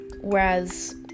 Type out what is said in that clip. Whereas